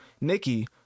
nikki